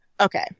Okay